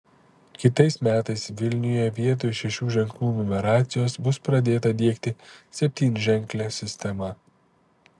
kitais metais vilniuje vietoj šešių ženklų numeracijos bus pradėta diegti septynženklė sistema